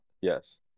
Yes